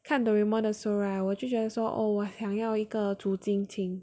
看 Doraemon also right 我就觉得说 oh 我想要一个